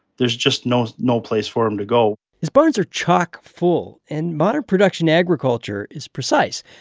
there's just no no place for them to go his barns are chock-full. and modern production agriculture is precise.